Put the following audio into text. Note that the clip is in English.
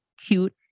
cute